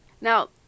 Now